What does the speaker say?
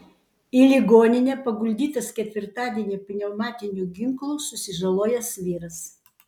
į ligoninę paguldytas ketvirtadienį pneumatiniu ginklu susižalojęs vyras